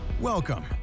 Welcome